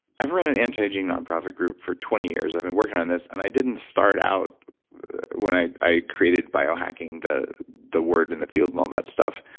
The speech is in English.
run an anti-aging nonprofit group for twenty years. i've been working on this, and i didn't start out when i i created biohacking, the the word and the field and all that stuff,